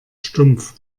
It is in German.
stumpf